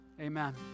Amen